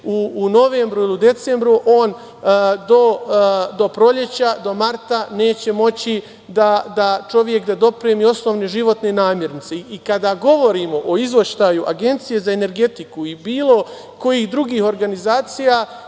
u novembru ili decembru, do proleća, do marta neće moći čovek da dopremi osnovne životne namirnice. I kada govorimo o Izveštaju Agencije za energetiku i bilo kojih drugih organizacija